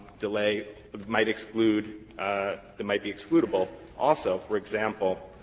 delay might exclude that might be excludable also? for example,